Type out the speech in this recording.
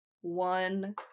one